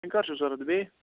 وۄنۍ کر چھو ضرورت بیٚیہِ